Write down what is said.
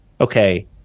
okay